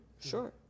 Sure